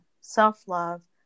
self-love